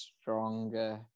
stronger